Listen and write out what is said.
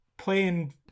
playing